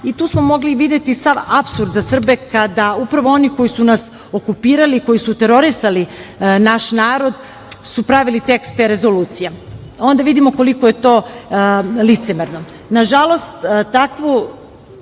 Tu smo mogli videti sav apsurd za Srbe kada upravo oni koji su nas okupirali, koji su terorisali naš narod su pravili tekst te rezolucije. Onda vidimo koliko je to licemerno. Pričam kao